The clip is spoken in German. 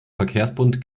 verkehrsverbund